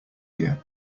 here